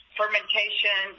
fermentation